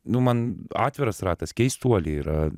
nu man atviras ratas keistuoliai yra